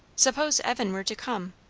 suppose evan were to come?